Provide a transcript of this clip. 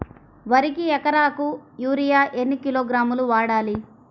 వరికి ఎకరాకు యూరియా ఎన్ని కిలోగ్రాములు వాడాలి?